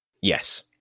Yes